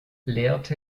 lehrt